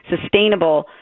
sustainable –